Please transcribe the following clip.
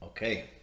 Okay